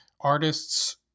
artists